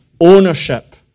Ownership